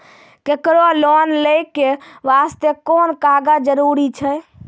केकरो लोन लै के बास्ते कुन कागज जरूरी छै?